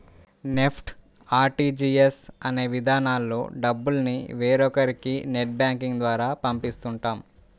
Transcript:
NEFT, RTGS అనే విధానాల్లో డబ్బుల్ని వేరొకరికి నెట్ బ్యాంకింగ్ ద్వారా పంపిస్తుంటాం